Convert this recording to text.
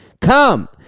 Come